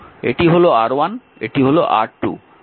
এটি হল R1 এটি হল R2